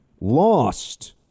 lost